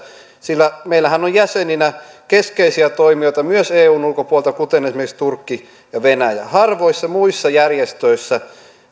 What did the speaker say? sillä meillähän on jäseninä keskeisiä toimijoita myös eun ulkopuolelta esimerkiksi turkki ja venäjä harvoissa muissa järjestöissä